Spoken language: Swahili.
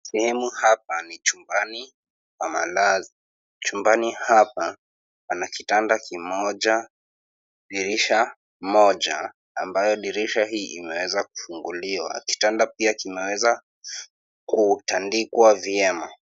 Sehemu hapa ni chumbani kwa malazi, chumbani hapa pana kitanda kimoja dirisha moja ambayo dirisha hii imeweza kufunguliwa kitanda pia kimeweza kutandikwa vyema.